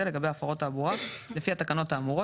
לגבי הפרות תעבורה לפי התקנות האמורות,